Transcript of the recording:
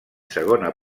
segona